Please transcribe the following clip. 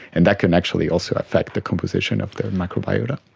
and that can actually also affect the composition of the microbiota.